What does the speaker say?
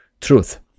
truth